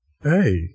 Hey